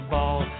Ball